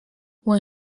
when